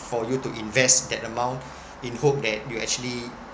for you to invest that amount in hope that you actually